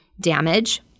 damage